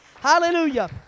Hallelujah